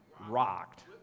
rocked